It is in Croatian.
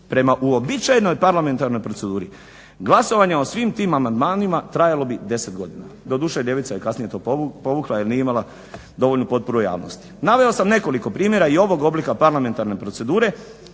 Prema uobičajenom parlamentarnoj proceduri glasovanje o svim tim amandmanima trajalo bi 10 godina. Doduše, ljevica je kasnije to povukla jer nije imala dovoljnu potporu javnosti. Naveo sam nekoliko primjera i ovog oblika parlamentarne procedure